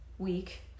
Week